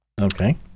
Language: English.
okay